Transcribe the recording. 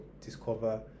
discover